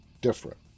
different